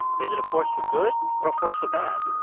is it a force for good or a force for bad?